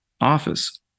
office